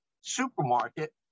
supermarket